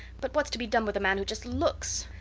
but what's to be done with a man who just looks?